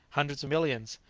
hundreds of millions?